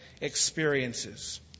experiences